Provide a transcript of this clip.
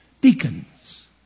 deacons